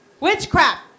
witchcraft